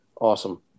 awesome